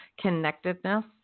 connectedness